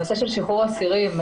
נושא של שחרור אסירים,